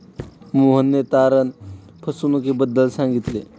मोहनने तारण फसवणुकीबद्दल सांगितले